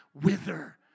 wither